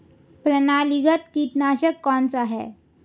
प्रणालीगत कीटनाशक कौन सा है?